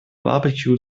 barbecue